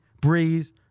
Breeze